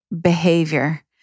behavior